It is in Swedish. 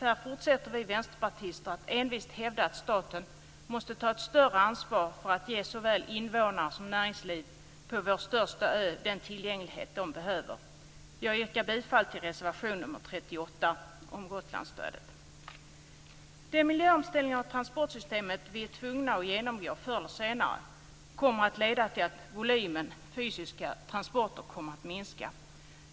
Här fortsätter vi vänsterpartister att envist hävda att staten måste ta ett större ansvar för att ge såväl invånare som näringsliv på vår största ö den tillgänglighet man behöver. Jag yrkar bifall till reservation 38, om Gotlandsstödet. Den miljöomställning av transportsystemet som vi är tvungna att genomgå förr eller senare kommer att leda till att volymen fysiska transporter kommer att minska.